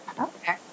Okay